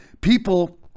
people